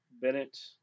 Bennett